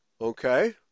Okay